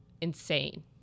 insane